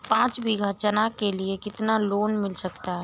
पाँच बीघा चना के लिए कितना लोन मिल सकता है?